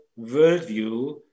worldview